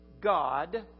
God